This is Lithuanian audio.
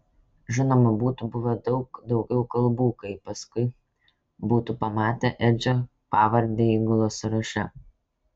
žinoma būtų buvę daug daugiau kalbų kai paskui būtų pamatę edžio pavardę įgulos sąraše